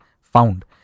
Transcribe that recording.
found